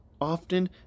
often